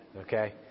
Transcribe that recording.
Okay